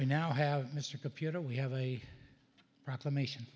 we now have mr computer we have a proclamation